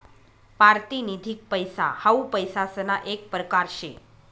पारतिनिधिक पैसा हाऊ पैसासना येक परकार शे